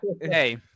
hey